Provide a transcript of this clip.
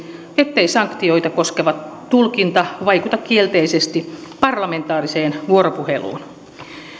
ettei sanktioita koskeva tulkinta vaikuta kielteisesti parlamentaariseen vuoropuheluun